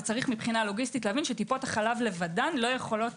ויש להבין לוגיסטית להבין שטיפות החלב לבדן לא יכולות